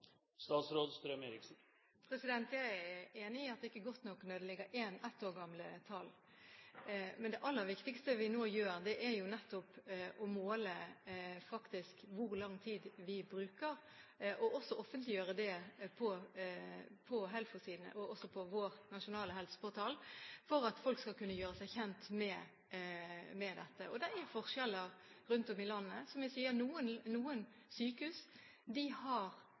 Jeg er enig i at det er ikke godt nok når det ligger inne ett år gamle tall. Det aller viktigste vi nå gjør, er jo nettopp å måle hvor lang tid vi bruker, og offentliggjøre det på HELFO-sidene og på vår nasjonale helseportal, for at folk skal kunne gjøre seg kjent med dette. Og det er forskjeller rundt om i landet. Som jeg sier: Noen sykehus har